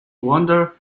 wander